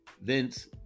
Vince